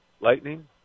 lightning